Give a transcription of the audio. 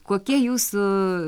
kokia jūsų